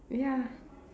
ya